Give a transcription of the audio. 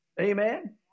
Amen